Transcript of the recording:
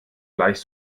gleich